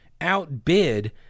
outbid